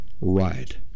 right